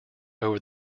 over